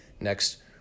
next